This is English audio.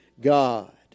God